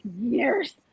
years